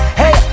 hey